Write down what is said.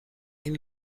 این